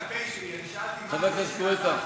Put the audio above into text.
אני שאלתי מה פשר הצעת החוק,